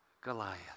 Goliath